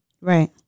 Right